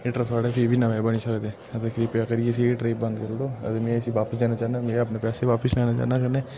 heater थुआढ़े फ्ही बी नमें बनी सकदे ते किरपा करियै इसी हीटरें बंद करी ओड़ो अगर में इसी बापस देना चाह्न्नां में अपने पैसे बापस लैना चाह्न्नां कन्नै